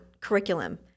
curriculum